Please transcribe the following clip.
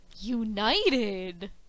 United